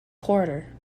quarter